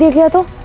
here. but